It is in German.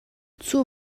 zur